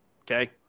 Okay